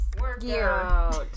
Workout